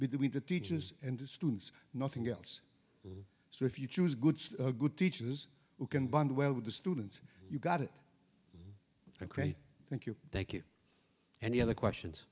between the teachers and the students nothing else so if you choose good good teachers who can bond well with the students you got it ok thank you thank you and the other questions